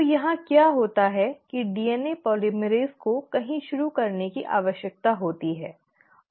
तो यहाँ क्या होता है की डीएनए पोलीमरेज़ को कहीं शुरू करने की जरूरत होती है